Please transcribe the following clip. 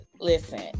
listen